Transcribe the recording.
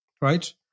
right